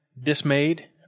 dismayed